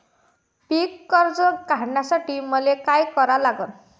पिक कर्ज काढासाठी मले का करा लागन?